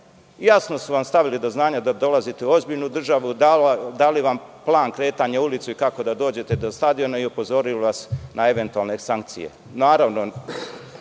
Jasno su vam stavili do znanja da dolazite u ozbiljnu državu, dali vam plan kretanja i ulicu i kako da dođete do stadiona i upozorili vas na eventualne sankcije. Naravno,